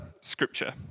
Scripture